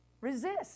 Resist